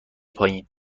پایین